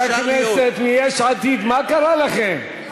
חברי הכנסת מיש עתיד, מה קרה לכם?